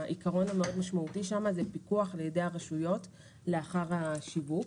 העיקרון המאוד משמעותי שם הוא פיקוח על ידי הרשויות לאחר השיווק.